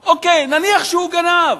אוקיי, נניח שהוא גנב.